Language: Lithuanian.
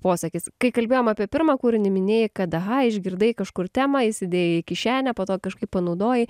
posakis kai kalbėjom apie pirmą kūrinį minėjai kad aha išgirdai kažkur temą įsidėjai į kišenę po to kažkaip panaudojai